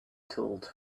told